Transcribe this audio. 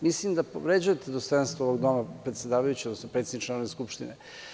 Mislim da povređujete dostojanstvo ovog doma, predsedavajući, odnosno predsedniče Narodne skupštine.